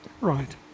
Right